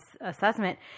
assessment